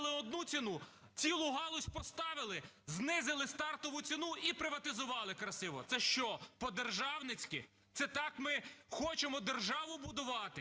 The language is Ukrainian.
Це що, по-державницькі? Це так ми хочемо державу будувати?